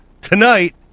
tonight